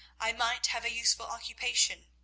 i might have a useful occupation.